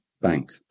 bank